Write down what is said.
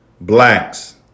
blacks